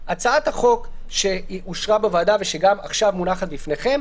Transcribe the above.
לבין הצעת החוק שאושרה בוועדה ושעכשיו מונחת בפניכם,